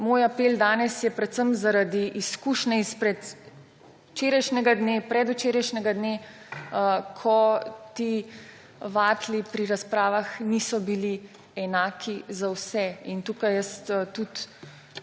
moj apel danes je predvsem zaradi izkušnje z včerajšnjega dne in predvčerajšnjega dne, ko ti vatli pri razpravah niso bili enaki za vse. Tukaj apeliram tudi